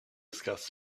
discuss